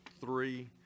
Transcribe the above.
three